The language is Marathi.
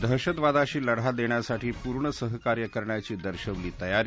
दहशतवादाशी लढा देण्यासाठी पुर्ण सहकार्य करण्याची दर्शवली तयारी